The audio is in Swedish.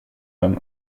den